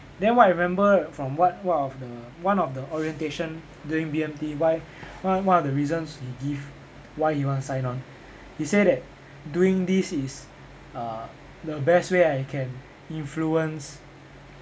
then what I remember from one one of the one of the orientation during B_M_T why one one of the reasons he give why he want sign on he say that doing this is uh the best way I can influence